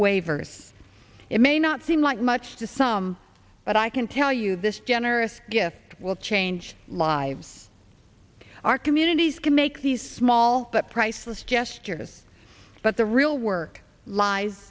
waiver it may not seem like much to some but i can tell you this generous gift will change lives our communities can make these small but priceless gestures but the real work lies